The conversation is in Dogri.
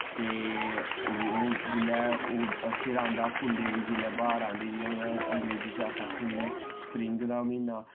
ते ओह् जिल्लै ओह् फिर आंदा फुल्लें दी जिल्लै ब्हार आंदी जि'यां मतलब अंग्रेजी अस आक्खी ओड़ने स्प्रिंग दा म्हीना